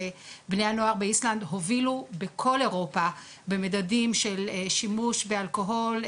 שבני הנוער באיסלנד הובילו בכל אירופה במדדים של שימוש באלכוהול,